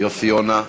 יונה,